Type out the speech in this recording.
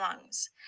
lungs